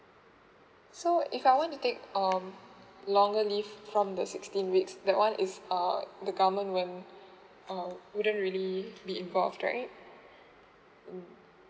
so if I want to take um longer leave from the sixteen weeks that one is err the government won't uh wouldn't really be involved right mm